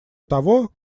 того